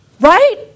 Right